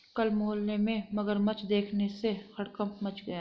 कल मोहल्ले में मगरमच्छ देखने से हड़कंप मच गया